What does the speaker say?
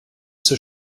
zur